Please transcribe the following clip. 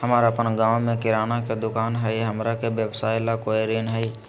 हमर अपन गांव में किराना के दुकान हई, हमरा के व्यवसाय ला कोई ऋण हई?